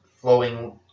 flowing